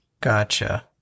Gotcha